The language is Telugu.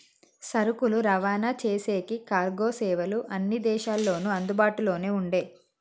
సరుకులు రవాణా చేసేకి కార్గో సేవలు అన్ని దేశాల్లోనూ అందుబాటులోనే ఉండే